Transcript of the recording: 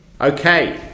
Okay